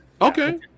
Okay